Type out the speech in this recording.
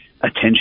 attention